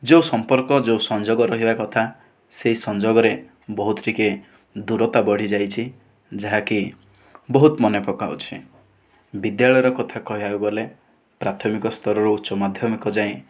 ଯେଉଁ ସଂପର୍କ ଯେଉଁ ସଂଯୋଗ ରହିବ କଥା ସେହି ସଂଯୋଗରେ ବହୁତ ଟିକିଏ ଦୂରତା ବଢିଯାଇଛି ଯାହାକି ବହୁତ ମନେ ପକାଉଛି ବିଦ୍ୟାଳୟର କଥା କହିବାକୁ ଗଲେ ପ୍ରାଥମିକ ସ୍ତରରୁ ଉଚ୍ଚମାଧ୍ୟମିକ ଯାଏ